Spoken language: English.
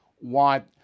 want